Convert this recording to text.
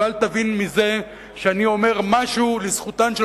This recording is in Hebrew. ואל תבין מזה שאני אומר משהו לזכותן של